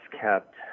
kept